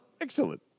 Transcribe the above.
Excellent